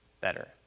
better